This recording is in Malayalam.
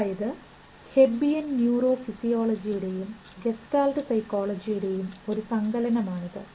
അതായത് ഹെബ്ബിയൻ ന്യൂറോഫിസിയോളജിയുടെയും ഗസ്റ്റാള്ട്ട് സൈക്കോളജിയുടെയും ഒരു സങ്കലനമാണ് ഇത്